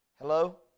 hello